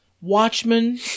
Watchmen